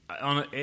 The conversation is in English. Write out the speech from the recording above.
on